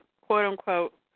quote-unquote